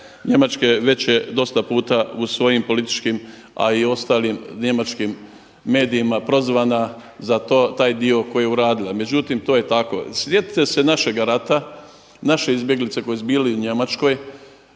Njemačke već je dosta puta u svojim političkim, a i ostalim njemačkim medijima prozvana za taj dio koji je uradila, međutim to je tako. Sjetite se našega rata, naše izbjeglice koje su bili u Njemačkoj,